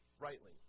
rightly